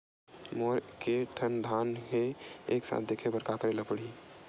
मोर के थन खाता हे एक साथ देखे बार का करेला पढ़ही?